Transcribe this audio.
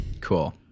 cool